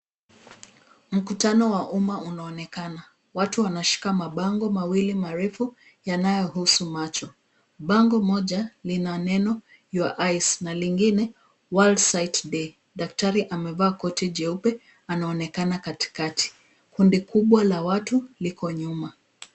Mkutano wa umma unaonekana. Watu wanashika mabango mawili marefu yanayohusu macho. Bango moja lina neno your eyes na lingine world sight day daktari amevaa koti jeupe anaonekana katikati. Kundi kubwa la watu liko nyuma.